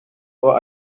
for